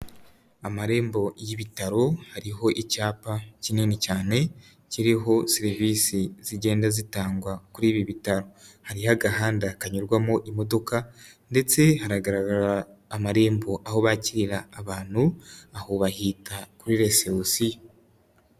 Amarembo y'ibitaro hariho icyapa kinini cyane, kiriho serivisi zigenda zitangwa kuri ibi bitaro. Hariho agahanda kanyurwamo imodoka ndetse hahanagaragara amarembo aho bakirira abantu, aho bahita kuri resebusiyo.